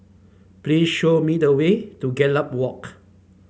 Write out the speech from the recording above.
please show me the way to Gallop Walk